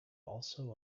also